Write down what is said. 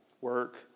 work